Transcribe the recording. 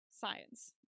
science